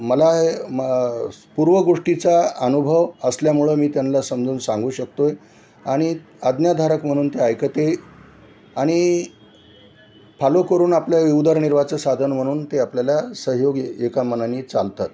मला म पूर्व गोष्टीचा अनुभव असल्यामुळं मी त्यांला समजवून सांगू शकतो आहे आणि आज्ञाधारक म्हणून ते ऐकते आणि फॉलो करून आपलं उदरनिर्वाहाचं साधन म्हणून ते आपल्याला सहयोग एका मनाने चालतात